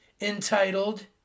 entitled